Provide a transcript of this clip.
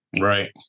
Right